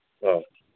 ꯑꯣ